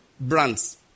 brands